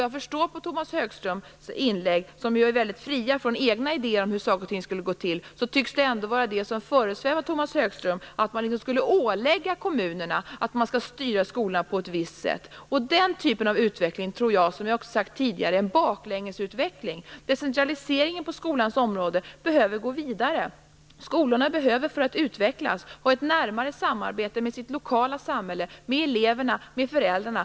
Jag förstår av Tomas Högströms inlägg - han är ju väldigt fri från egna idéer om hur saker och ting skall gå till - att det tycks föresväva honom att man skall ålägga kommunerna att de skall styra skolorna på ett visst sätt. Den typen av utveckling tror jag är en baklängesutveckling. Decentraliseringen på skolans område behöver gå vidare. För att utvecklas behöver skolorna ha ett närmare samarbete med sina lokala samhällen, med eleverna och med föräldrarna.